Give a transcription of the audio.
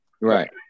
Right